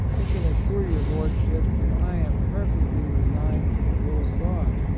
i can assure your lord ship that i am perfectly resigned to the will of god,